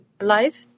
life